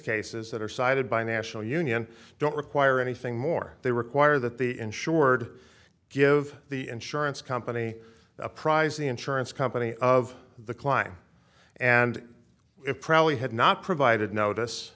cases that are cited by national union don't require anything more they require that the insured give the insurance company a prize the insurance company of the client and it probably had not provided notice